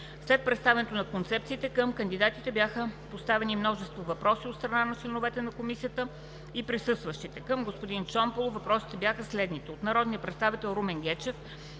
След представянето на концепциите, към кандидатите бяха поставени множество въпроси от страна на членовете на Комисията и на присъстващите. Към господин Чомпалов въпросите бяха следните: - от народния представител Румен Гечев,